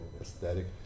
aesthetic